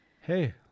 Hey